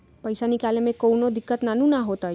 पईसा निकले में कउनो दिक़्क़त नानू न होताई?